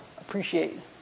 appreciate